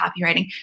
copywriting